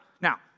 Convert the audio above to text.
Now